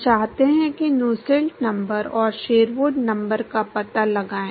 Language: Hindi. हम चाहते हैं कि नुसेल्ट नंबर और शेरवुड नंबर का पता लगाएं